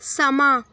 समां